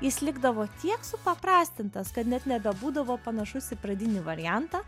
jis likdavo tiek supaprastintas kad net nebebūdavo panašus į pradinį variantą